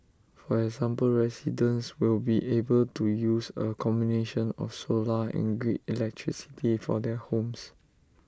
for example residents will be able to use A combination of solar and grid electricity for their homes